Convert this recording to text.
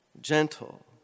gentle